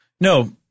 No